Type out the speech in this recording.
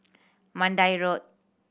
Mandai Road